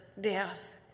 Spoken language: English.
death